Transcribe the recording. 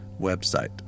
website